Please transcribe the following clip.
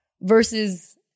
versus